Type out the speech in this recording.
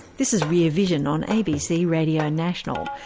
this is rear vision on abc radio national.